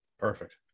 Perfect